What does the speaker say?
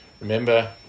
Remember